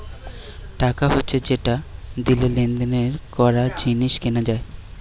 টাকা হচ্ছে যেটা দিয়ে লেনদেন করা, জিনিস কেনা যায়